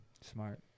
Smart